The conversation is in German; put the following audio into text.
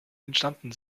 entstanden